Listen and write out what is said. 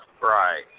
Right